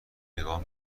نگاه